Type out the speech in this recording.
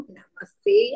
Namaste